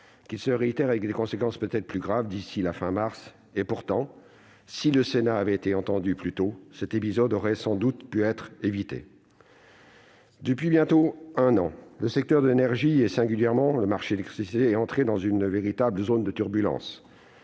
qu'il se réitère, avec des conséquences peut-être plus graves, d'ici à la fin mars. Pourtant, si le Sénat avait été entendu plus tôt, cet épisode aurait sans doute pu être évité. Depuis bientôt un an, le secteur de l'énergie, et singulièrement le marché de l'électricité, est entré dans une véritable zone de turbulences.